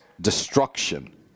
destruction